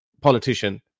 politician